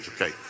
okay